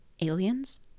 aliens